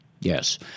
Yes